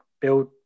build